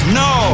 no